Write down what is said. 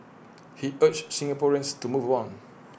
he urged Singaporeans to move on